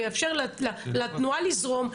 ויאפשר לתנועה לזרום,